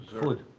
Food